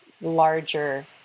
larger